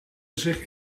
zich